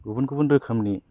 गुबुन गुबुन रोखोमनि